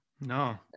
No